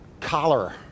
collar